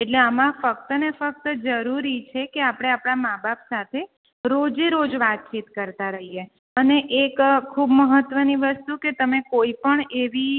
એટલે આમાં ફ્કતને ફક્ત જરૂરી છે કે આપણે આપણા મા બાપ સાથે રોજે રોજ વાતચીત કરતાં રહીએ અને એક ખૂબ મહત્વની વસ્તુ કે તમે કોઈપણ એવી